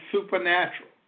supernatural